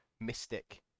mystic